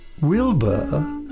Wilbur